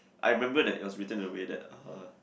I remember that it was written in a way that uh